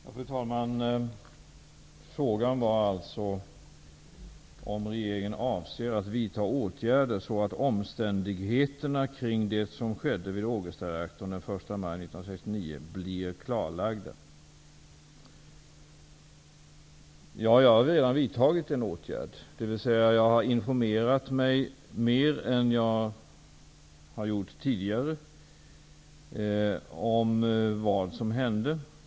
Fru talman! Frågan gällde alltså om regeringen avser att vidta åtgärder så att omständigheterna kring det som skedde vid Ågestareaktorn den 1 maj 1969 blir klarlagda. Jag har redan vidtagit en åtgärd. Jag har informerat mig mer än jag har gjort tidigare om vad som hände.